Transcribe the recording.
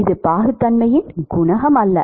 இது பாகுத்தன்மையின் குணகம் அல்ல